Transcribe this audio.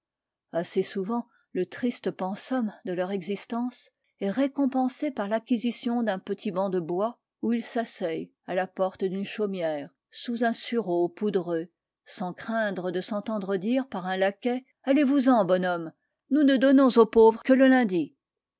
assez souvent le triste pensum de leur existence est récompensé par l'acquisition d'un petit banc de bois où ils s'asseyent à la porte d'une chaumière sous un sureau poudreux sans craindre de s'entendre dire par un laquais allez-vous-en bonhomme nous ne donnons aux pauvres que le lundi